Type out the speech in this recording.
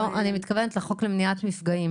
אני מתכוונת לחוק למניעת מפגעים